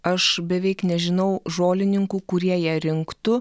aš beveik nežinau žolininkų kurie ją rinktų